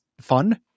fun